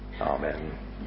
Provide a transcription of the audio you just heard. Amen